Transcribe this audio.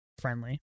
friendly